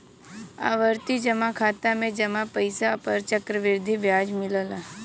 आवर्ती जमा खाता में जमा पइसा पर चक्रवृद्धि ब्याज मिलला